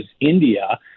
India